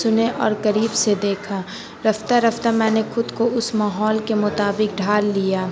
سنے اور قریب سے دیکھا رفتہ رفتہ میں نے خود کو اس ماحول کے مطابق ڈھال لیا